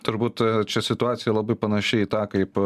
turbūt čia situacija labai panaši į tą kaip